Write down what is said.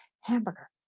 hamburger